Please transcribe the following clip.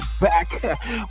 back